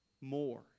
more